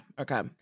Okay